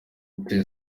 biteye